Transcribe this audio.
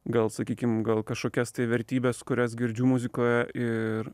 gal sakykim gal kažkokias tai vertybes kurias girdžiu muzikoje ir